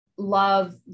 love